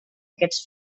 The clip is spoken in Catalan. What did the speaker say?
aquests